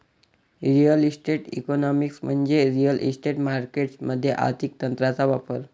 real estate economics म्हणजे real estate markets मध्ये आर्थिक तंत्रांचा वापर